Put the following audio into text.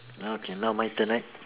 okay now my turn right